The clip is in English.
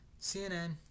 CNN